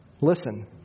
Listen